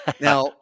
now